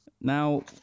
Now